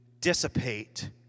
dissipate